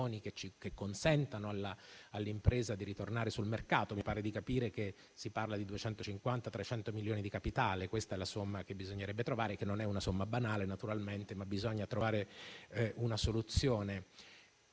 che consentano alle imprese di tornare sul mercato. Mi sembra di capire che si parla di 250-300 milioni di capitale: questa è la somma che bisognerebbe trovare, che non è banale, naturalmente. Bisogna trovare una soluzione: